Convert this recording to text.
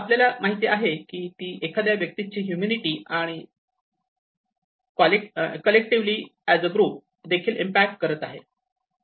आपल्याला माहित आहे की ती एखाद्या व्यक्तीच्या हम्मुनिटी वर आणि कॉलेक्टिव्हली ग्रुप देखील इम्पॅक्ट करत आहे